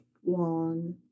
one